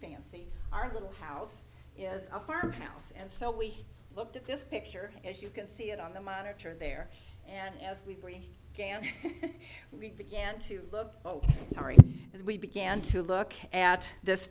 fancy our little house a farmhouse and so we looked at this picture as you can see it on the monitor there and as we can we began to look oh sorry as we began to look at this